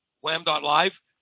wham.live